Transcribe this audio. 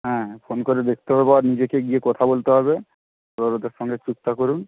হ্যাঁ ফোন করে দেখতে হবে আর নিজেকে গিয়ে কথা বলতে হবে এবার ওদের সঙ্গে চুক্তি করুন